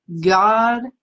God